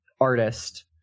artist